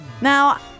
Now-